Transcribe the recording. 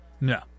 No